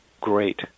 great